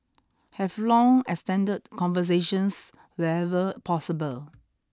have long extended conversations wherever possible